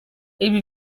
ibi